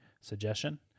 suggestion